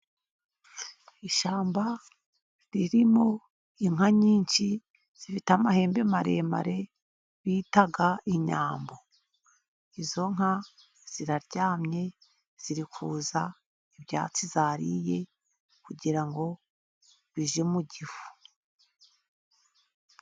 Ishyamba ririmo inka nyinshi zifite amahembe maremare, bita inyambo. Izo nka ziraryamye, ziri kuza ibyatsi zariye, kugira ngo bijye mu gifu.